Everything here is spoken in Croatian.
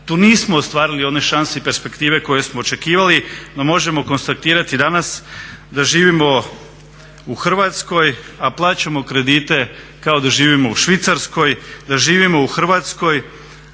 tu nismo ostvarili one šanse i perspektive koje smo očekivali, no možemo konstatirati danas da živimo u Hrvatskoj a plaćamo kredite kao da živimo u Švicarskoj, da živimo u Hrvatskoj